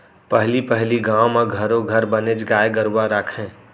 पहली पहिली गाँव म घरो घर बनेच गाय गरूवा राखयँ